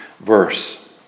Verse